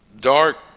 dark